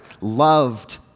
loved